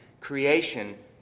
creation